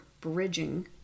bridging